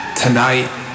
tonight